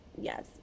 Yes